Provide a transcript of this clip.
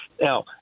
Now